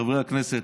חברי הכנסת,